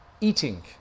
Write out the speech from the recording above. eating